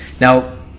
now